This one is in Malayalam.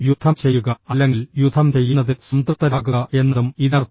യുദ്ധം ചെയ്യുക അല്ലെങ്കിൽ യുദ്ധം ചെയ്യുന്നതിൽ സംതൃപ്തരാകുക എന്നതും ഇതിനർത്ഥം